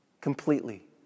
Completely